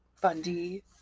Bundy